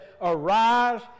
arise